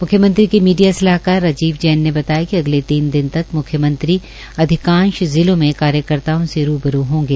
मुख्यमंत्री के मीडिया सलाहकार राजीव जैन ने बताया कि अगले तीन दिन तक म्ख्यमंत्री अधिकांश जिलों में कार्यकर्ताओं से रूबरू होंगे